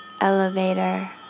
elevator